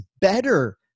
better